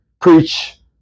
preach